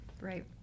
Right